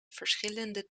verschillende